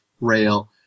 rail